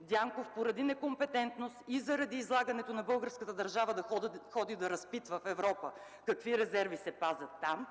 Дянков поради некомпетентност и заради излагането на българската държава да ходи и да разпитва в Европа какви резерви се пазят там; а